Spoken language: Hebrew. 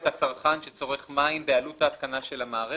הצרכן שצורך מים בעלות ההתקנה של המערכת.